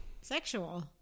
sexual